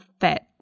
fit